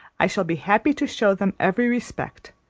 i shall be happy to show them every respect.